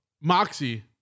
Moxie